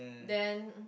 then